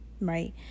right